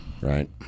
right